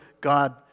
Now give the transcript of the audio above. God